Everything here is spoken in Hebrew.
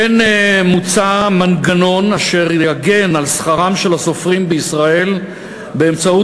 כמו כן מוצע מנגנון אשר יגן על שכרם של הסופרים בישראל באמצעות